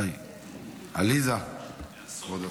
להסות.